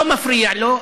לא מפריע לו,